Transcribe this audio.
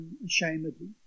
unashamedly